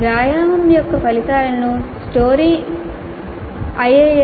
వ్యాయామం యొక్క ఫలితాలను story